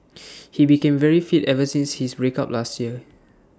he became very fit ever since his breakup last year